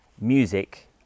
music